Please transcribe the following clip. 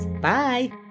Bye